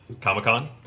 Comic-Con